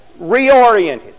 reoriented